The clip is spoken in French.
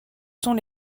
sont